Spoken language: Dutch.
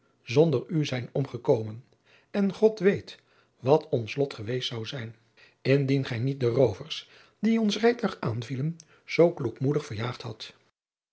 zonder u zijn omgekomen en od weet wat ons lot geweest zou zijn indien gij niet de roovers die ons rijtuig aanvielen zoo kloekmoedig verjaagd hadt